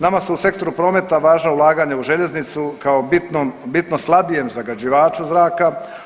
Nama su u sektoru prometa važna ulaganja u željeznicu kao bitnom, bitno slabijem zagađivaču zraka.